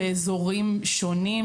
באזורים שונים.